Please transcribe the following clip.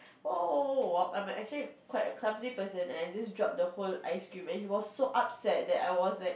oh I'm actually quite a clumsy person and I just drop the whole ice cream and he was so upset that I was like